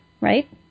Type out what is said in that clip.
right